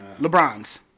LeBron's